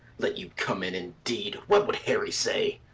let you come in, indeed! what would harry say?